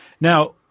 Now